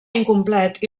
incomplet